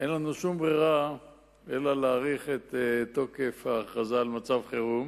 אין לנו שום ברירה אלא להאריך את תוקף ההכרזה על מצב חירום.